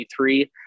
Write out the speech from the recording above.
2023